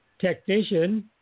technician